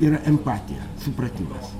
yra empatija supratimas